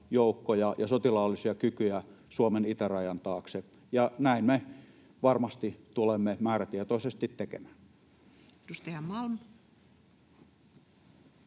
ja sotilaallisia kykyjä Suomen itärajan taakse, ja näin me varmasti tulemme määrätietoisesti tekemään. [Speech 57]